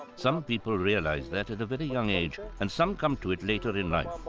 some people realize that at a very young age and some come to it later in life,